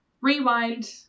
Rewind